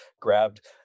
grabbed